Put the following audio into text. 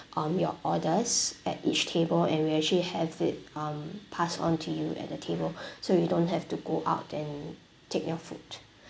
um your orders at each table and we actually have it um pass on to you at the table so you don't have to go out and take your food